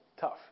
tough